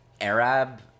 Arab